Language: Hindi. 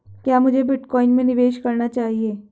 क्या मुझे बिटकॉइन में निवेश करना चाहिए?